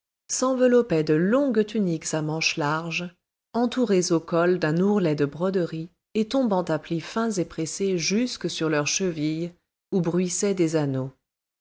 s'enveloppaient de longues tuniques à manches larges entourées au col d'un ourlet de broderies et tombant à plis fins et pressés jusque sur leurs chevilles où bruissaient des anneaux